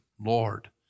Lord